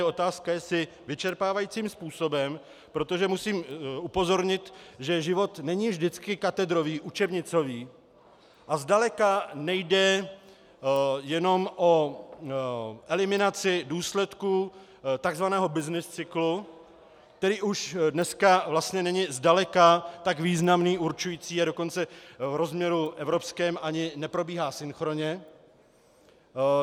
Je otázka, jestli vyčerpávajícím způsobem, protože musím upozornit, že život není vždycky katedrový, učebnicový a zdaleka nejde jenom o eliminaci důsledků tzv. byznys cyklu, který už dneska není zdaleka tak významný, určující, a dokonce v rozměru evropském ani neprobíhá synchronně.